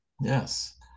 yes